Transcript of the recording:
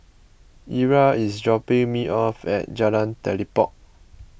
Ira is dropping me off at Jalan Telipok